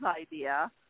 idea